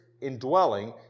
indwelling